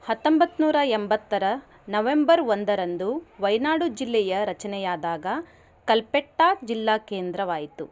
ಹತ್ತೊಂಬತ್ತು ನೂರ ಎಂಬತ್ತರ ನವೆಂಬರ್ ಒಂದರಂದು ವಯನಾಡು ಜಿಲ್ಲೆಯ ರಚನೆಯಾದಾಗ ಕಲ್ಪೆಟ್ಟಾ ಜಿಲ್ಲಾ ಕೇಂದ್ರವಾಯಿತು